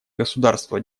государства